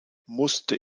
musste